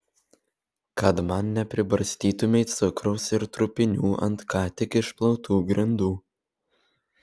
kad man nepribarstytumei cukraus ir trupinių ant ką tik išplautų grindų